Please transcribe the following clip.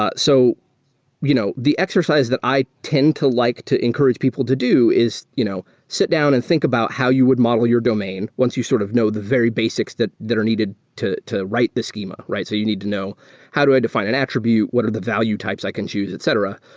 ah so you know the exercise that i tend to like to encourage people to do is you know sit down and think about how you would model your domain once you sort of know the very basics that that are needed to to write the schema, right? so you need to know how do i defi ne an attribute? what are the value types i can choose, et cetera,